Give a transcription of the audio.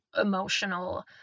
emotional